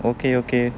okay okay